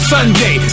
Sunday